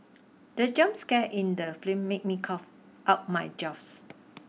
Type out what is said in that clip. the jump scare in the film made me cough out my juice